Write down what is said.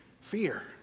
Fear